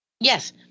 Yes